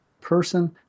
person